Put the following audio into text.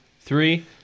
three